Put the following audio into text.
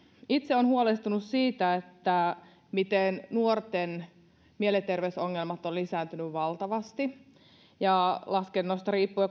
itse olen huolestunut siitä miten nuorten mielenterveysongelmat ovat lisääntyneet valtavasti laskennosta riippuen